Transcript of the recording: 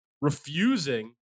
refusing